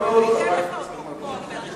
אני אתן לך אותו, הוא פה.